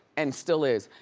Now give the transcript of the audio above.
and still is.